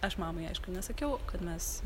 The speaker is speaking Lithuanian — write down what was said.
aš mamai aišku nesakiau kad mes